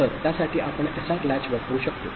तर त्यासाठी आपण एसआर लॅच वापरु शकतो